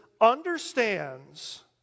understands